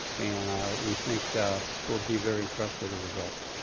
and we think we'll be very impressed with the results.